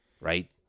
right